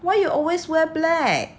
why you always wear black